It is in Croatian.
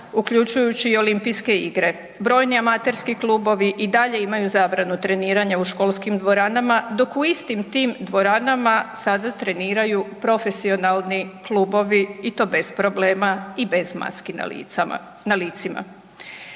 uključujući i Olimpijske igre, brojni amaterski klubovi i dalje imaju zabranu treniranja u školskim dvoranama dok u istim tim dvorana sada treniraju profesionalni klubovi i to bez problema i bez maski na licima.